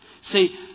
See